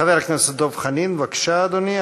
חבר הכנסת דב חנין, בבקשה, אדוני.